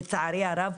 לצער הרב,